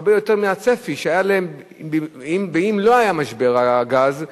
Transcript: הרבה יותר מהצפי שהיה להם אם לא היה משבר הגז.